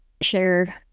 share